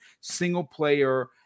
single-player